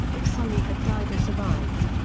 if sully had died or survived.